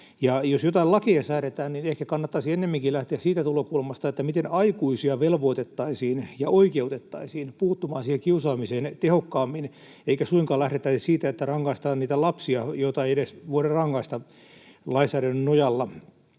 Jos jotain lakeja säädetään, niin ehkä kannattaisi ennemminkin lähteä siitä tulokulmasta, että miten aikuisia velvoitettaisiin ja oikeutettaisiin puuttumaan siihen kiusaamiseen tehokkaammin, eikä suinkaan lähdettäisi siitä, että rangaistaan niitä lapsia, joita ei edes voida rangaista lainsäädännön nojalla.